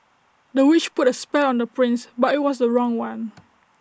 the witch put A spell on the prince but IT was the wrong one